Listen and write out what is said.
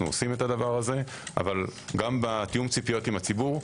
עושים זאת אבל גם בתיאום ציפיות עם הציבור,